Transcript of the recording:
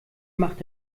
macht